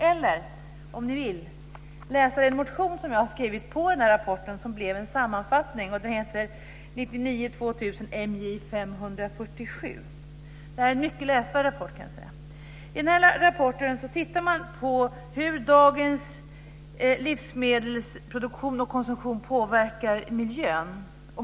Eller så kan ni, om ni vill, läsa den motion som jag har skrivit med anledning av den här rapporten som blev en sammanfattning. Den heter 1999/2000:MJ547. Det här är en mycket läsvärd rapport. I den här rapporten tittar man på hur dagens livsmedelsproduktion och livsmedelskonsumtion påverkar miljön.